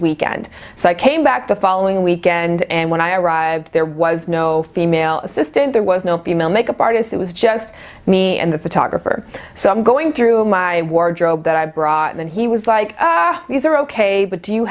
weekend so i came back the following weekend and when i arrived there was no female assistant there was no female makeup artist it was just me and the photographer so i'm going through my wardrobe that i brought in and he was like these are ok but do you